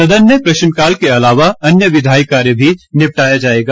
सदन में प्रश्नकाल के अलावा अन्य विधायी कार्य निपटाया जाएगा